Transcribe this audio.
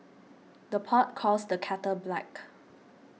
the pot calls the kettle black